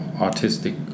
artistic